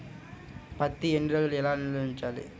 పత్తి ఎన్ని రోజులు ఎలా నిల్వ ఉంచాలి?